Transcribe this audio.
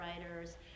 writers